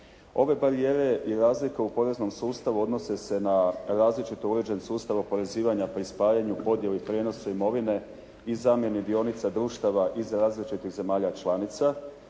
Ove barijere i razlike u poreznom sustavu odnose se na različito uređen sustav oporezivanja pri spajanju, podjeli i prijenosu imovine i zamjeni dionica društava iz različitih zemalja članica,